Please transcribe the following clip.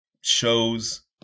shows